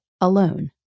alone